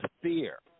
fear